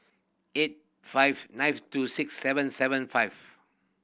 eight five nine two six seven seven five